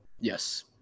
Yes